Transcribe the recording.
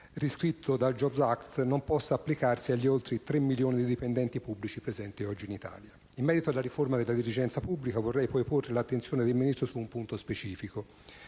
riscritto dal *jobs act* non possa applicarsi agli oltre tre milioni di dipendenti pubblici presenti oggi in Italia. In merito alla riforma della dirigenza pubblica, vorrei poi richiamare l'attenzione del Ministro su un punto specifico: